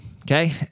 okay